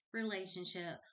relationship